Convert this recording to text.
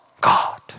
God